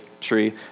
tree